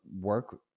work